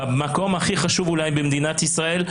במקום הכי חשוב אולי במדינת ישראל,